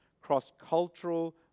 cross-cultural